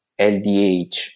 LDH